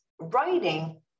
writing